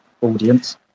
audience